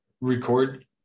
record